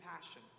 passion